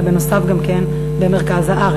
אלא נוסף על כך גם במרכז הארץ.